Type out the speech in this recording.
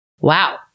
wow